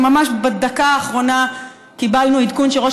ממש בדקה האחרונה קיבלנו עדכון שראש